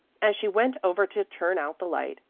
as she went over to turn out the light,